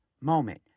moment